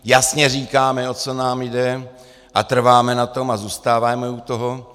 Jasně říkáme, o co nám jde, a trváme na tom a zůstáváme u toho.